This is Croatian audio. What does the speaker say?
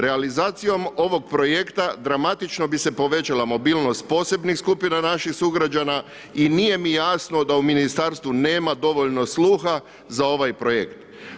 Realizacijom ovog projekta dramatično bi se povećala mobilnost posebnih skupina naših sugrađana i nije mi jasno da u ministarstvu nema dovoljno sluha za ovaj projekt.